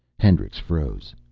hendricks froze.